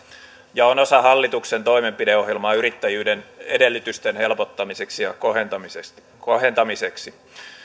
ja on osa hallituksen toimenpideohjelmaa yrittäjyyden edellytysten helpottamiseksi ja kohentamiseksi kohentamiseksi